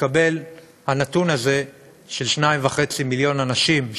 מתקבל הנתון הזה של 2.5 מיליון אנשים,